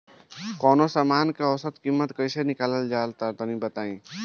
कवनो समान के औसत कीमत कैसे निकालल जा ला तनी बताई?